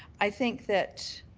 i think that